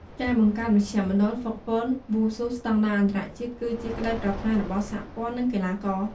ការបង្កើតមជ្ឈមណ្ឌលហ្វឹកហ្វឺនវ៉ូស៊ូស្តង់ដារអន្តរជាតិគឺជាក្ដីប្រាថ្នារបស់សហព័ន្ធនឹងកីឡាករ។